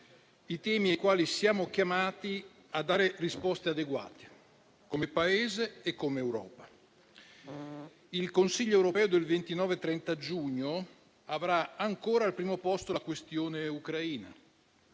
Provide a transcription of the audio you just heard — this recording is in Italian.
i temi ai quali siamo chiamati a dare risposte adeguate come Paese e come Europa. Il Consiglio europeo del 29-30 giugno avrà ancora al primo posto la questione ucraina.